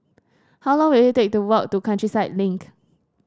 how long will it take to walk to Countryside Link